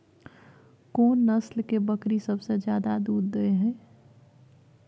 कोन नस्ल के बकरी सबसे ज्यादा दूध दय हय?